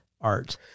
art